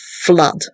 flood